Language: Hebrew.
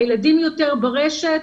הילדים יותר ברשת,